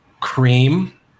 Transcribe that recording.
cream